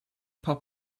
pop